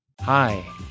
Hi